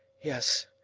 yes,